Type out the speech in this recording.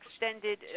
extended